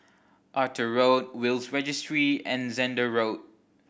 Arthur Road Will's Registry and Zehnder Road